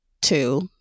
two